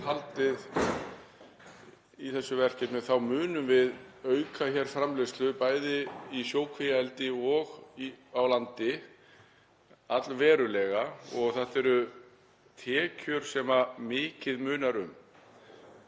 haldið í þessu verkefni þá munum við auka framleiðslu bæði í sjókvíaeldi og á landi allverulega og þetta eru tekjur sem mikið munar um.